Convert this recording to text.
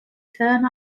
turn